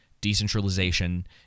decentralization